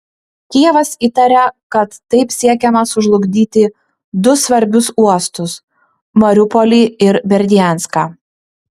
kijevas įtaria kad taip siekiama sužlugdyti du svarbius uostus mariupolį ir berdianską